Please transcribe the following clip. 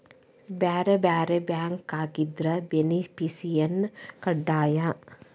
ಬ್ಯಾರೆ ಬ್ಯಾರೆ ಬ್ಯಾಂಕ್ ಆಗಿದ್ರ ಬೆನಿಫಿಸಿಯರ ಕಡ್ಡಾಯ